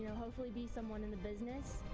hopefully be someone in the business.